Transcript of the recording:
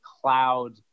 cloud